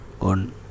on